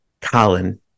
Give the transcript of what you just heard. Colin